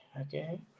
okay